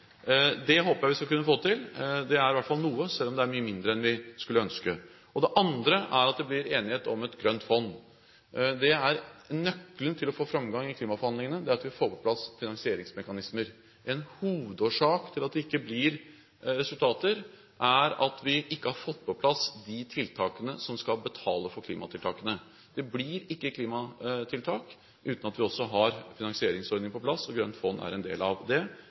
Det håper jeg vi skal kunne få til. Det er i hvert fall noe, selv om det er mye mindre enn vi skulle ønske. Det andre er at det blir enighet om et grønt fond. Nøkkelen til å få framgang i klimaforhandlingene er at vi får på plass finansieringsmekanismer. En hovedårsak til at det ikke blir resultater, er at vi ikke har fått på plass de ordningene som skal betale for klimatiltakene. Det blir ikke klimatiltak uten at vi også har finansieringsordning på plass, og grønt fond er en del av det.